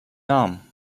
arm